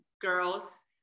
girls